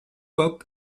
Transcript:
hop